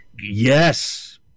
Yes